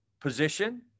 position